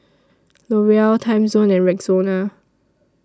L'Oreal Timezone and Rexona